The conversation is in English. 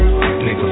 Nigga